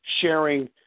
sharing